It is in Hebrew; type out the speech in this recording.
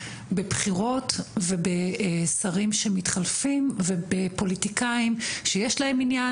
בבחירות ובשרים שמתחלפים ובפוליטיקאים שיש להם עניין,